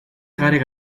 гарыг